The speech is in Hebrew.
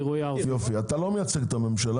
למה לא?